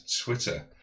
Twitter